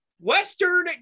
Western